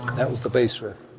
that was the base riff,